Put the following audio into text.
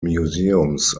museums